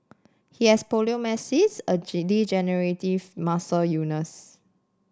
he has poliomyelitis a degenerative muscle illness